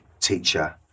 teacher